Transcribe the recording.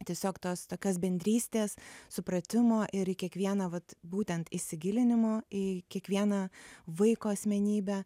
tiesiog tos tokios bendrystės supratimo ir į kiekvieną vat būtent įsigilinimo į kiekvieną vaiko asmenybę